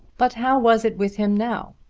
but how was it with him now?